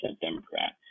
Democrat